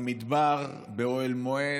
במדבר באוהל מועד?